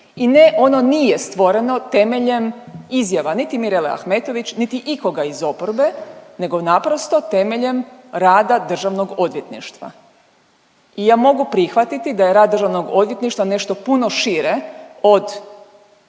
i ne ono nije stvoreno temeljem izjava niti Mirele Ahmetović, niti ikoga iz oporbe nego je naprosto temeljem rada Državnog odvjetništva. I ja mogu prihvatiti da je rad Državnog odvjetništva nešto puno šire od